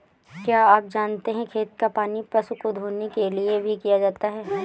क्या आप जानते है खेत का पानी पशु को धोने के लिए भी किया जाता है?